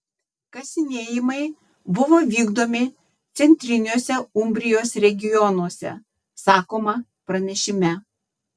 kasinėjimai buvo vykdomi centriniuose umbrijos regionuose sakoma pranešime